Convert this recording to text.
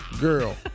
girl